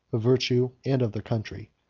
of virtue, and of their country.